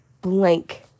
blank